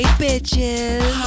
bitches